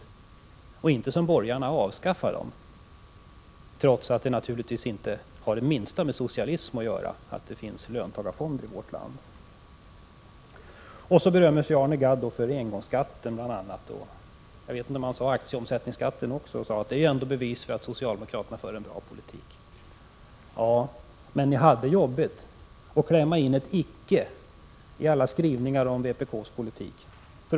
Jag vill inte som borgarna avskaffa dem, trots att det inte har det minsta med socialism att göra att det finns löntagarfonder i vårt land. Arne Gadd berömmer sig för engångsskatten. Jag vet inte om han nämnde aktieomsättningsskatten. Han sade att engångsskatten är bevis för att socialdemokraterna för en bra politik. — Men ni hade det jobbigt att klämma in ordet ”icke” i alla skrivningar om vpk:s politik.